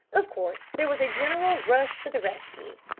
of course there was a general rush to the rescue.